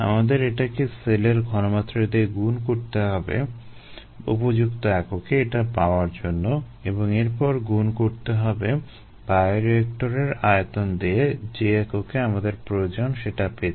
আমাদের এটাকে সেলের ঘনমাত্রা দিয়ে গুণ করতে হবে উপযুক্ত এককে এটা পাওয়ার জন্য এবং এরপর গুণ করতে হবে বায়োরিয়েক্টরের আয়তন দিয়ে যে এককে আমাদের প্রয়োজন সেটা পেতে